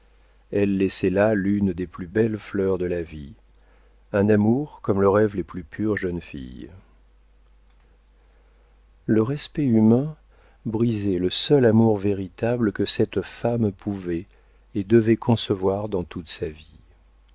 elle laissait là l'une des plus belles fleurs de la vie un amour comme le rêvent les plus pures jeunes filles le respect humain brisait le seul amour véritable que cette femme pouvait et devait concevoir dans toute sa vie